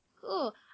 Cool